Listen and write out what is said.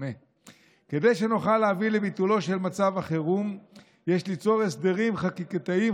כדי שנוכל להביא לביטולו של מצב החירום יש ליצור הסדרים חקיקתיים